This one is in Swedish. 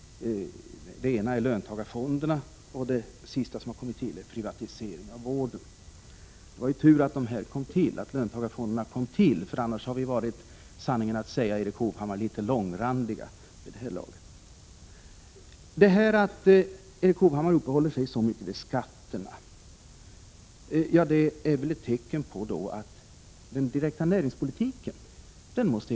Det ena är löntagarfonderna och det senaste privatiseringen av vården. Det var tur att löntagarfonderna kom till, för annars hade vi, sanningen att säga Erik Hovhammar, blivit litet långrandiga vid det här laget. Att Erik Hovhammar uppehåller sig så mycket vid skatterna kan man följaktligen gissa är ett tecken på att han är nöjd med den direkta näringspolitiken.